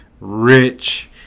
rich